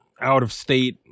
out-of-state